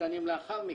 שנים לאחר מכן.